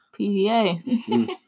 PDA